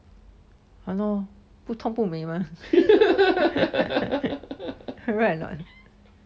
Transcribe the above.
!hannor! 不痛不美吗 correct or not